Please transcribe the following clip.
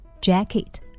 Jacket